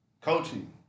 coaching